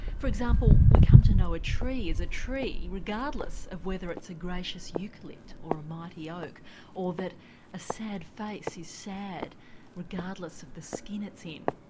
for example we come to know a tree as a tree, regardless of whether it's a gracious eucalypt or a mighty oak or that a sad face is sad regardless of the skin it's in.